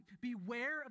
Beware